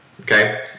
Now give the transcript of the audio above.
okay